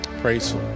Praise